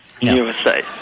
USA